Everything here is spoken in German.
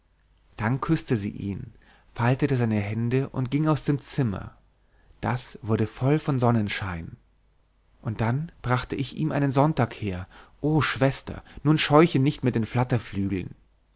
dann küßte sie ihn faltete seine hände und ging aus dem zimmer das wurde voll von sonnenschein und dann brachte ich ihm einen sonntag her oh schwester nun scheuche nicht mit den